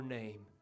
name